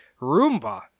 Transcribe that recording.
Roomba